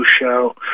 show